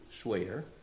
swear